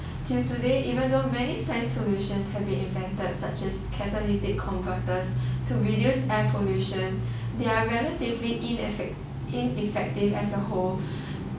till today even though many science solutions have been invented such as catalytic converters to reduce air pollution they are relatively ineffect~ ineffective as a whole